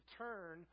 turn